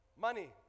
money